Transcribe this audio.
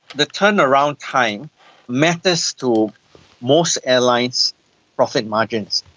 the turnaround time matters to most airlines profit margins,